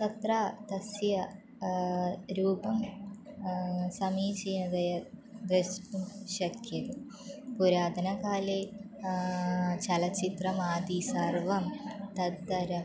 तत्र तस्य रूपं समीचीनतया द्रष्टुं शक्यते पुरातनकाले चलच्चित्रम् आदिसर्वं तदर्थं